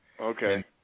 Okay